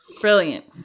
Brilliant